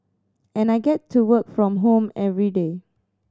and I get to work from home everyday